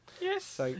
yes